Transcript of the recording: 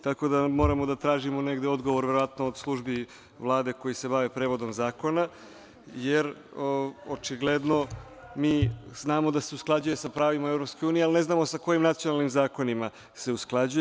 Tako da moramo da tražimo negde odgovor, verovatno od službi Vlade koji se bave prevodom zakona, jer očigledno mi znamo da se usklađuje sa pravima EU, ali ne znamo sa kojim nacionalnim zakonima se usklađuje.